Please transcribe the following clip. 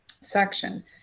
section